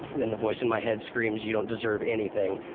then the voice in my head screams you don't deserve anything!